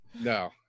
No